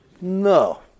No